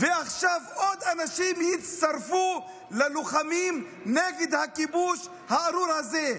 ועכשיו עוד אנשים יצטרפו ללוחמים נגד הכיבוש הארור הזה.